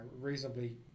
reasonably